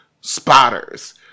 spotters